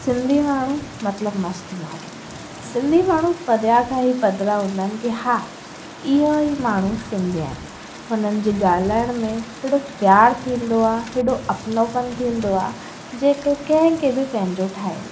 सिंधी माण्हू मतिलबु मस्तु माण्हू सिंधी माण्हू परियां खां ई पधिरा हूंदा आहिनि की हा इहा ई माण्हू सिंधी आहिनि हुननि जे ॻाल्हाइण में हेॾो प्यार थींदो आहे हेॾो अपनोपन थींदो आहे जेके कंहिंखे बि पंहिंजो ठाहे वञे